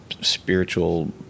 spiritual